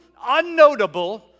unnotable